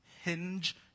hinge